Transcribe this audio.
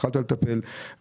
שהתחלת לטפל,